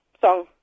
song